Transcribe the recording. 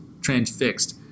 transfixed